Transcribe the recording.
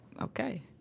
okay